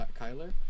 Kyler